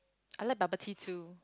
I like bubble tea too